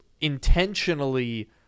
intentionally